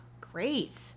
great